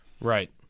Right